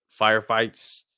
firefights